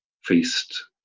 feast